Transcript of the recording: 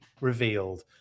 revealed